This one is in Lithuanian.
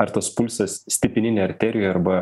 ar tas pulsas stipininė arterijoj arba